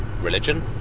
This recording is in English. Religion